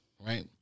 right